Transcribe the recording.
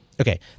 Okay